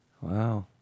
Wow